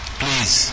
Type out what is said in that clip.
please